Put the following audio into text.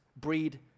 breed